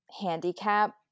handicap